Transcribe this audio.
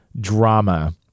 drama